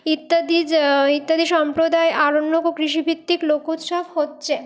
ইত্যাদি ইত্যাদি সম্প্রদায় আরণ্যক ও কৃষিভিত্তিক লোকউৎসব হচ্ছে